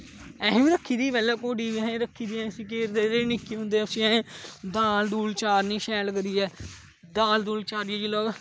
असें बी रक्खी दी पैहलें घोड़ी पैहलें रक्खी दी असें उसी केह् करदे रेह् ना निक्के होंदे उसी असें दाल दोल चारनी शैल करियै दाल दोल चारी जिसलै ओह्